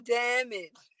damage